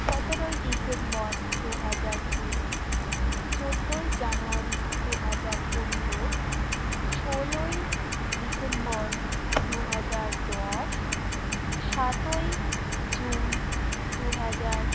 সতেরোই ডিসেম্বর দু হাজার কুড়ি চোদ্দোই জানুয়ারি দু হাজার পনেরো ষোলোই ডিসেম্বর দু হাজার দশ সাতই জুন দু হাজার